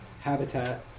Habitat